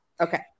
Okay